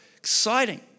exciting